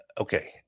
okay